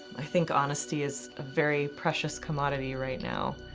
i think honesty is a very precious commodity right now.